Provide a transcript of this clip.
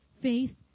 faith